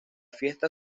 fiesta